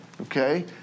okay